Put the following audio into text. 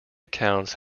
accounts